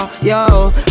yo